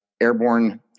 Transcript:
airborne